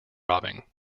robbing